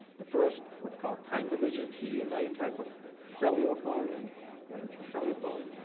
the first what's called time-division, tdma type of cellular phone we got into the cellular phone